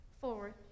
forward